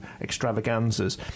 extravaganzas